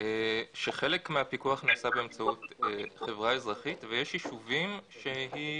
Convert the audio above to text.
שחלק מהפיקוח נעשה בידי חברה אזרחית ויש יישובים שהיא